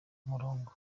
umurongo